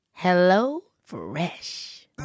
HelloFresh